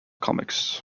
comics